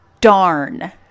darn